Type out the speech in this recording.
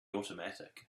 automatic